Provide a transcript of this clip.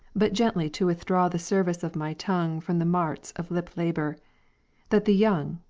but gently to withdraw, the service of my tongvic from the marts of lip-labour that the young,